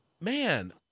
man